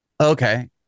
Okay